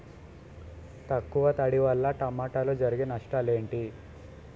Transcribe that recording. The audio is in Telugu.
తక్కువ తడి వల్ల టమోటాలో జరిగే నష్టాలేంటి?